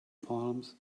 palms